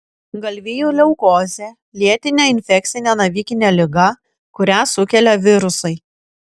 galvijų leukozė lėtinė infekcinė navikinė liga kurią sukelia virusai